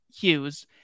Hughes